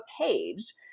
page